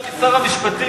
אדוני שר המשפטים,